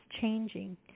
changing